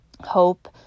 hope